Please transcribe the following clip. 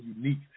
unique